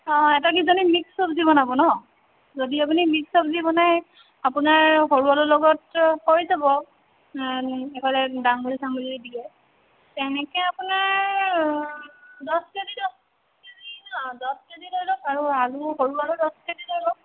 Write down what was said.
অঁ এটা কিজানি মিক্স চবজি বনাব ন যদি আপুনি মিক্স চবজি বনাই আপোনাৰ সৰু আলুৰ লগততো হৈ যাব এইফালে দাংবদি চাংবদি দিয়ে তেনেকে আপোনাৰ দহ কেজি দহ কেজি দহ কেজি লৈ লওক আৰু আলু সৰু আলু দহ কেজি লৈ লওক